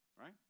right